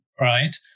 right